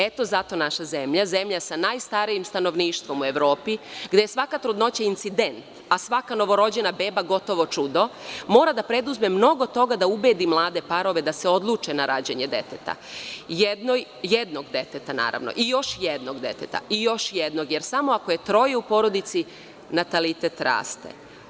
Eto, zato naša zemlja, zemlja sa najstarijim stanovništvom u Evropi gde je svaka trudnoća incident, a svaka novorođena beba gotovo čudo, mora da preduzme mnogo toga da ubedi mlade parove da se odluče na rađanje deteta, jednog deteta naravno i još jednog deteta, jer samo ako je troje u porodici natalitet raste.